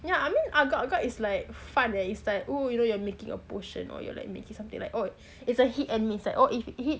you know I mean agak agak is like fun leh it's like oo you know you are making a portion or you like making something like oh it's a hit and miss like oh if hit